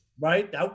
Right